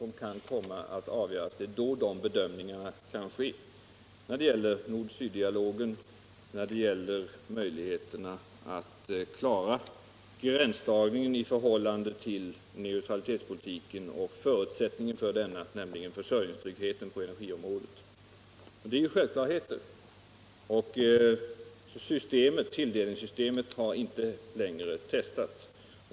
Det är först längre fram vi kan göra dessa bedömningar när det gäller nord-syddialogen, när det gäller möjligheterna att klara gränsdragningen i förhållande till neutralitetspolitiken och förutsättningen för denna, nämligen försörjningstryggheten på energiområdet. Det är självklarheter. Tilldelningssystemet har inte heller testats.